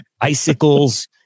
icicles